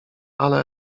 ale